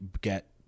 get